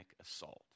assault